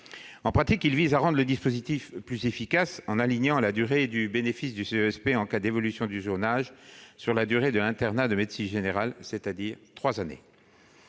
En pratique, il tend à rendre le dispositif plus efficace en alignant la durée du bénéfice du CESP en cas d'évolution du zonage sur la durée de l'internat de médecine générale, c'est-à-dire trois années.